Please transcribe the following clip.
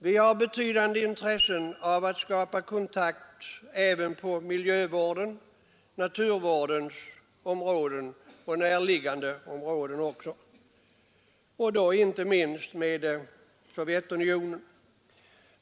Vi har ett betydande intresse av att skapa kontakt även på miljövårdens, naturvårdens och näraliggande områden, inte minst med Sovjetunionen.